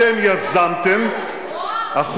אתם יזמתם, מותר לשנות עמדה, אבל לברוח?